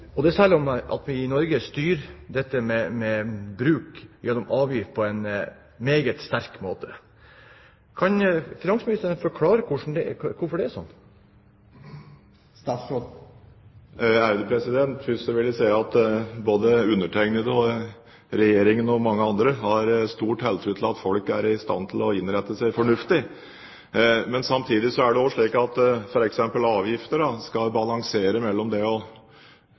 og det selv om vi i Norge styrer bruk gjennom avgift på en meget sterk måte. Kan finansministeren forklare hvorfor det er slik? Først vil jeg si at både undertegnede, Regjeringen og mange andre har stor tiltro til at folk er i stand til å innrette seg fornuftig. Samtidig er det også slik at f.eks. avgifter skal balansere mellom det å påvirke, eller endre folks atferd, og